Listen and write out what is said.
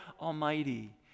almighty